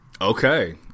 Okay